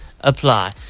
apply